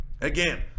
Again